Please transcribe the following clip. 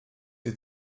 sie